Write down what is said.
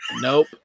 Nope